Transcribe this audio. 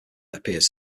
appears